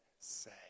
say